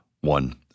one